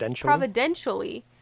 providentially